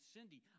Cindy